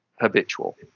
habitual